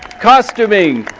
costuming,